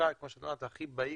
חוק הכי בהיר.